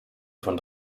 von